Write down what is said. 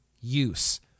use